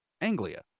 Anglia